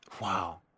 Wow